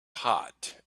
hot